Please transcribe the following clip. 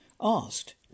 asked